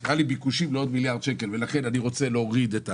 היה לי ביקושים לעוד מיליארד שקל ולכן אני רוצה להוריד את הרף,